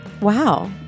Wow